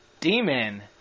Demon